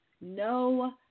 No